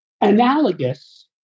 analogous